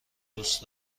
دوست